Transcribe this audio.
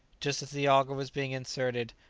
just as the auger was being inserted,